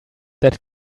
that